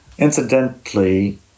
Incidentally